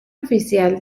oficial